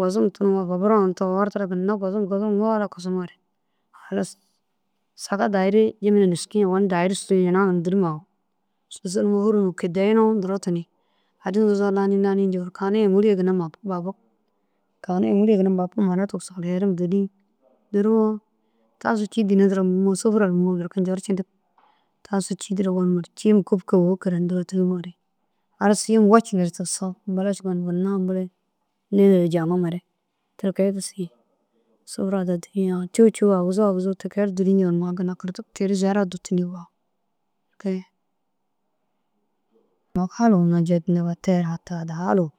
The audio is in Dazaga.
gozum tunumoo baburoo na tugogortire ginna gozum gozum ŋala kisimoore. Halas saga dahiri jimina nêskii sûsunii ina ginna dûrum susunumoo hûruma kidayinoo duro tuniĩ addi nuzoore lanii lanii ncoo kanu ye ŋûli ye ginna bafu mara tigisu herim dûrig dûruwo tasu cîi danne dîne mûmoo sufura duro mûmoo berke ncorcindig. Tasu cî dîre gonumare cîma kûbke tunumoore halas wocindire tigisoo ambelas gonumare lede duro jaŋimare. Ti kee gisi sufura daha dûriĩ cûu cûu aguzuu aguu turiĩ ti kee dûriĩ ciiŋa munuma na ti kee ru duriĩ ncoo ginna kirdig teru ziyara dûtuni. Au halû zeke jediniŋa nufata noo